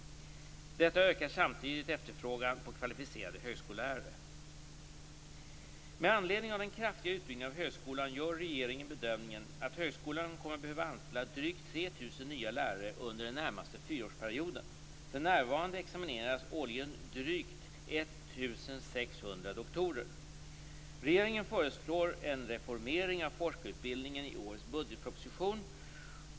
Detta ökar samtidigt efterfrågan på kvalificerade högskolelärare. Med anledning av den kraftiga utbyggnaden av högskolan gör regeringen bedömningen att högskolan kommer att behöva anställa drygt 3 000 nya lärare under den närmaste fyraårsperioden. För närvarande examineras årligen drygt 1 600 doktorer. Regeringen föreslår en reformering av forskarutbildningen i årets budgetproposition.